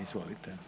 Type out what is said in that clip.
Izvolite.